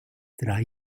drei